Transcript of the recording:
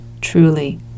truly